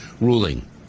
ruling